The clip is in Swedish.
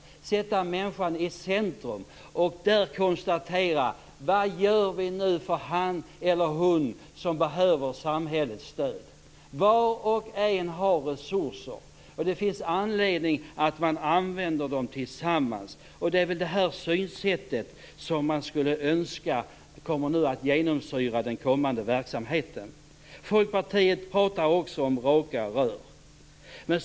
De skall sätta människan i centrum och konstatera vad de gör för den man eller kvinna som behöver samhällets stöd. Var och en har resurser, och det finns anledning att använda dem tillsammans. Man skulle önska att det blir det synsättet som kommer att genomsyra den kommande verksamheten. Folkpartiet pratar också om raka rör.